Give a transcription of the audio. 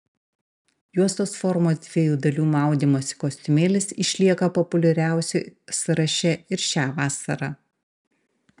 juostos formos dviejų dalių maudymosi kostiumėlis išlieka populiariausių sąraše ir šią vasarą